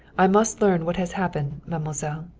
i must learn what has happened, mademoiselle.